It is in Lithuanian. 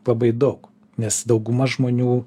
labai daug nes dauguma žmonių